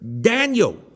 Daniel